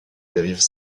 dérives